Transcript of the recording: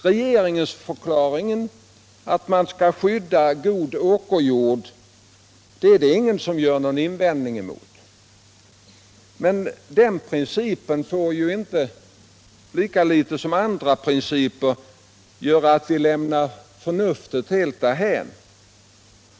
Regeringsförklaringen att man skall skydda god åkerjord är det ingen som riktar någon invändning emot, men den principen får ju inte — lika litet som andra principer — göra att man lämnar förnuftet helt därhän.